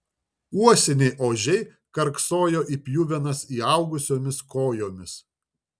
uosiniai ožiai karksojo į pjuvenas įaugusiomis kojomis